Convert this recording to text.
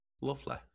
Lovely